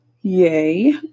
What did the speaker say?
Yay